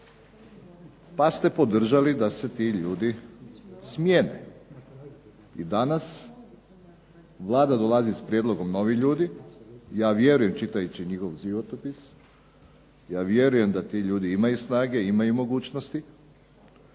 pa ste podržali da se ti ljudi smijene i danas Vlada dolazi s prijedlogom novih ljudi. Ja vjerujem čitajući njihov životopis, ja vjerujem da ti ljudi imaju snage i mogućnosti